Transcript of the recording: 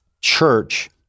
church